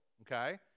Okay